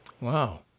Wow